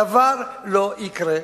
דבר לא יקרה.